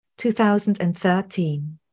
2013